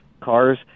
cars